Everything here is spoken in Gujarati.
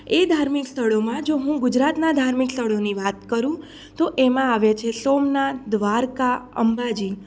એ ધાર્મિક સ્થળોમાં જો હું ગુજરાતના ધાર્મિક સ્થળોની વાત કરું તો એમાં આવે છે સોમનાથ દ્વારકા અંબાજી